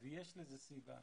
ויש לזה סיבה,